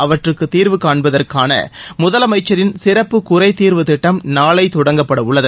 அவற்றுக்குத் தீர்வு காண்பதற்கான முதலமைச்சரின் சிறப்பு குறை தீர்வு திட்டம் நாளை தொடங்கப்பட உள்ளது